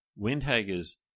Windhager's